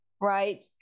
right